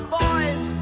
boys